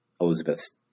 Elizabeth's